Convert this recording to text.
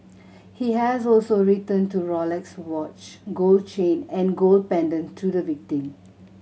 he has also returned to Rolex watch gold chain and gold pendant to the victim